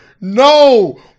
no